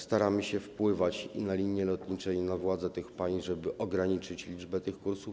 Staramy się wpływać i na linie lotnicze, i na władze tych państw, żeby ograniczyć liczbę tych kursów.